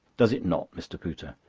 does it not, mr. pooter?